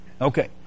Okay